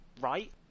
right